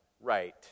right